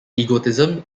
egotism